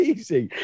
Easy